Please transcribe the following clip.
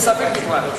אין ספק בכלל,